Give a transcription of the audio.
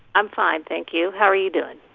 i'm fine, thank you. how are you doing?